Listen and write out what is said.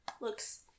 Looks